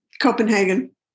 Copenhagen